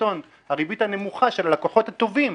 הריבית הנמוכה של הלקוחות הטובים,